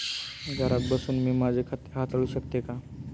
घरात बसून मी माझे खाते हाताळू शकते का?